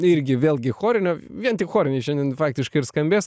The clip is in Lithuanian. irgi vėlgi chorinio vien tik choriniai šiandien faktiškai ir skambės